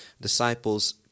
disciples